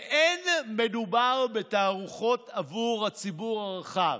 ולא מדובר בתערוכות עבור הציבור הרחב,